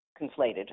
conflated